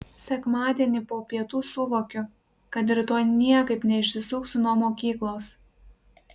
sekmadienį po pietų suvokiu kad rytoj niekaip neišsisuksiu nuo mokyklos